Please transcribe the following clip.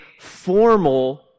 formal